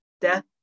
death